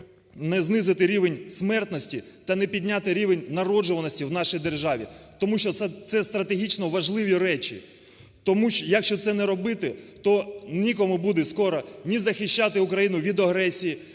не знизити рівень смертності та не підняти рівень народжуваності в нашій державі, тому що це стратегічно важливі речі. Якщо це не робити, то нікому буде скоро ні захищати Україну від агресії,